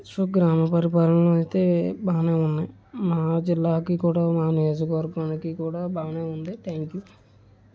so గ్రామ పరిపాలన అయితే బాగానే ఉన్నాయి మా జిల్లాకి కూడా మా నియోజకవర్గానికి కూడా బాగానే ఉంది థ్యాంక్యూ